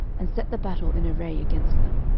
and set the battle in array against them.